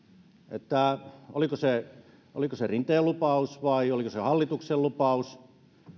oliko se oliko se rinteen lupaus vai oliko se hallituksen lupaus